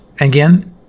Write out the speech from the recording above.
again